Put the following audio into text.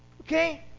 Okay